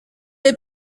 est